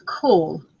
call